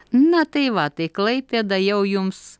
na tai va tai klaipėda jau jums